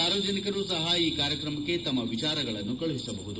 ಸಾರ್ವಜನಿಕರು ಸಹ ಈ ಕಾರ್ಯಕ್ರಮಕ್ಕೆ ತಮ್ಮ ವಿಚಾರಗಳನ್ನು ಕಳಿಸಬಹುದು